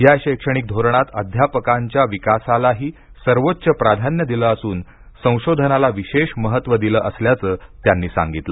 या शैक्षणिक धोरणात अध्यापकांच्या विकासालाही सर्वोच्च प्राध्यान दिलं असून संशोधनाला विशेष महत्व दिलं असल्याचं त्यांनी सांगितलं